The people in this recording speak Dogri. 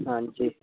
हां जी